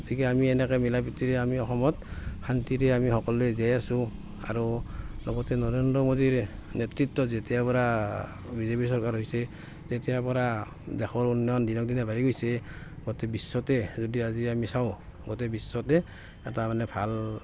গতিকে আমি এনেকৈ মিলা প্ৰীতিৰে আমি অসমত শান্তিৰে আমি সকলো জীয়াই আছো আৰু লগতে নৰেন্দ্ৰ মোদিৰ নেতৃত্বত যেতিয়াৰে পৰা বি জে পি চৰকাৰ হৈছে তেতিয়াৰ পৰা দেশৰ উন্নয়ন দিনক দিনে বাঢ়ি গৈছে গোটেই বিশ্বতে যদি আজি আমি চাওঁ গোটেই বিশ্বতে এটা মানে ভাল